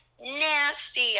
nasty